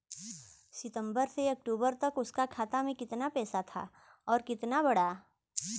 सितंबर से अक्टूबर तक उसका खाता में कीतना पेसा था और कीतना बड़ा?